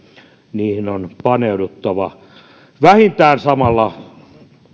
niihin on paneuduttava vähintään samalla